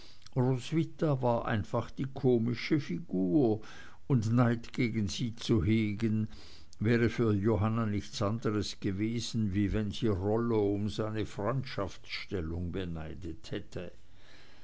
roswitha war einfach die komische figur und neid gegen sie zu hegen wäre für johanna nichts anderes gewesen wie wenn sie rollo um seine freundschaftsstellung beneidet hätte